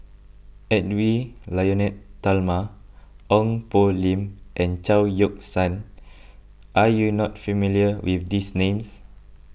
Edwy Lyonet Talma Ong Poh Lim and Chao Yoke San are you not familiar with these names